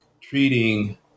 treating